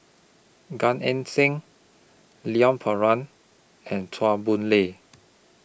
Gan Eng Seng Leon Perera and Chua Boon Lay